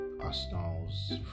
Arsenal's